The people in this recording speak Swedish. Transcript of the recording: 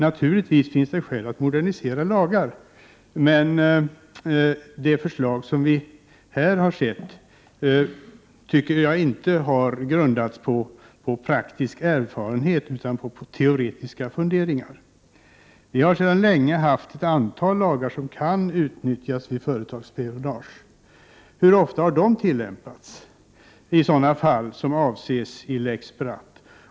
Naturligtvis finns det skäl att modernisera lagar, men det förslag som vi här har sett tycker jag inte har grundats på praktisk erfarenhet utan på teoretiska funderingar. Vi har sedan länge haft ett antal lagar som kan utnyttjas vid företagsspionage. Hur ofta har de tillämpats i sådana fall som avses i lex Bratt?